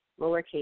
lowercase